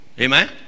amen